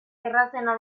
errazena